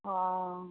অ